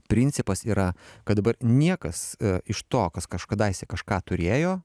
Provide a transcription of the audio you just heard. principas yra kad dabar niekas iš to kas kažkadaise kažką turėjo